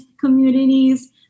communities